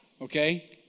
Okay